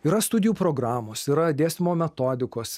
yra studijų programos yra dėstymo metodikos